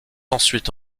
ensuite